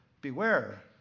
beware